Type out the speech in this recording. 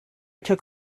took